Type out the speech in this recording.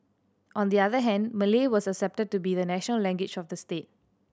on the other hand Malay was accepted to be the national language of the state